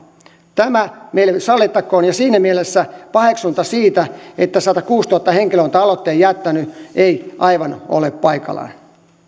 tämä meille sallittakoon ja siinä mielessä paheksunta siitä että satakuusituhatta henkilöä on tämän aloitteen jättänyt ei aivan ole paikallaan